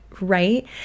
right